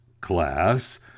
class